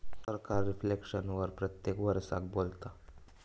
सरकार रिफ्लेक्शन वर प्रत्येक वरसाक बोलता